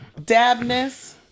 Dabness